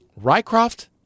Rycroft